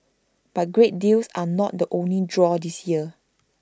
but great deals are not the only draw this year